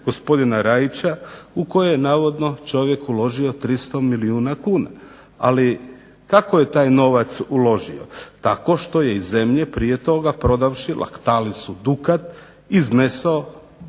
gospodina Rajića u koje je navodno čovjek uložio 300 milijuna kuna. Ali kako je taj novac uložio, tako što je iz zemlje prije toga prodavši Laktalisu Dukat iznesao